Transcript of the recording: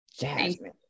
jasmine